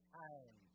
time